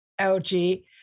LG